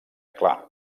clar